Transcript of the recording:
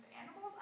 animals